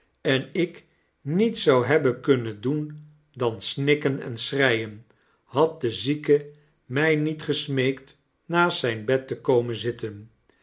en ik niets zou hebben kunnen doen dan snikken en s chreien had de zieke mij niet gesmeekt inaast zijn bed te komen zitfeo